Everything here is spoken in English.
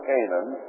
Canaan